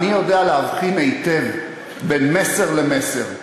אני יודע להבחין היטב בין מסר למסר.